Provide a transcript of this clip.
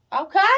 Okay